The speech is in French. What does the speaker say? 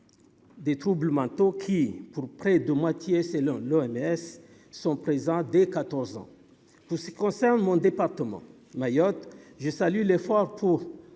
des troubles mentaux qui pour près de moitié, c'est leur l'OMS sont présents dès 14 ans, pour ce qui concerne mon département Mayotte je salue l'effort pour